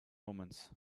omens